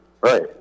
Right